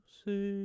say